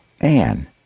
Anne